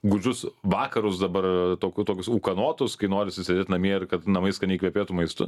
gūdžius vakarus dabar toku tokius ūkanotus kai norisi sėdėt namie ir kad namai skaniai kvepėtų maistu